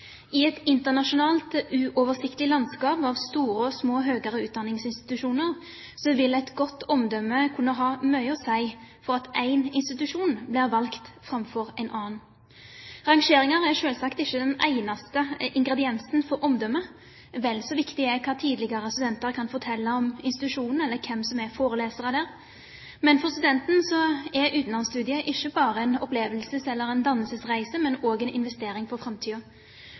I et internasjonalt, uoversiktlig landskap av store og små høyere utdanningsinstitusjoner vil et godt omdømme kunne ha mye å si for at én institusjon blir valgt framfor en annen. Rangeringer er selvsagt ikke den eneste ingrediensen for omdømme. Vel så viktig er hva tidligere studenter kan fortelle om institusjonen, eller hvem som er forelesere der. For studenten er utenlandsstudiet ikke bare en opplevelses- eller dannelsesreise, men også en investering for